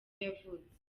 yavutse